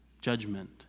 judgment